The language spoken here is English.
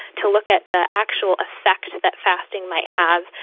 to look at the actual effect that fasting might have,